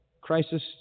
crisis